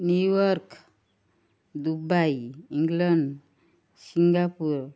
New York Dubai England Singapore